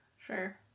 Sure